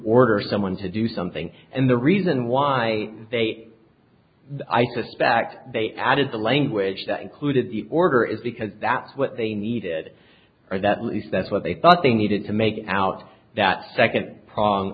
order someone to do something and the reason why they i suspect they added the language that included the order is because that's what they needed or that least that's what they thought they needed to make out that second prong